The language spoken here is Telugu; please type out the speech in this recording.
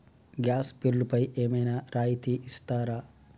గ్యాస్ బిల్లుపై ఏమైనా రాయితీ ఇస్తారా?